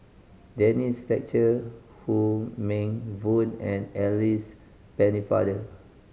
Denise Fletcher Wong Meng Voon and Alice Pennefather